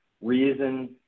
reason